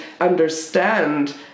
understand